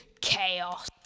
chaos